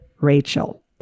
Rachel